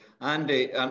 Andy